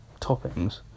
toppings